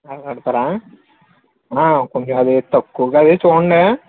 మాట్లాడతారా కొంచెం అది తక్కువుగానే చూడండే